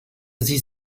sie